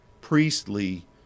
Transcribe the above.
priestly